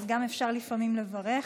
אז אפשר לפעמים גם לברך.